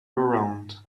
around